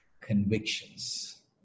convictions